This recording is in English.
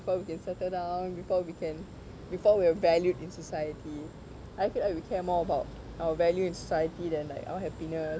before we can settle down before we can before we are valued in society I feel like we care more about our value in society then like our happiness